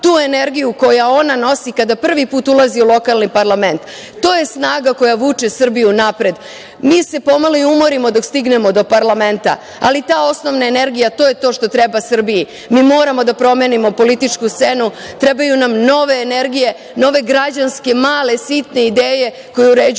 tu energiju koja ona nosi kada prvi put ulazi u lokalni parlament, to je snaga koja vuče Srbiju napred. Mi se pomalo i umorimo dok stignemo do parlamenta, ali ta osnovna energija to je to što treba Srbiji. Mi moramo da promenimo političku scenu. Trebaju nam nove energije, nove građanske male, sitne ideje koje uređuju